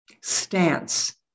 stance